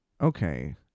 okay